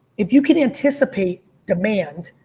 if you can anticipate demand,